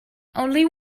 only